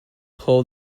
pull